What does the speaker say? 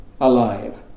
alive